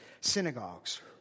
synagogues